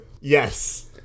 Yes